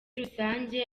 rusange